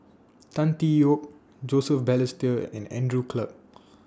Tan Tee Yoke Joseph Balestier and Andrew Clarke